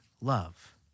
love